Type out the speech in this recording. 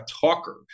talker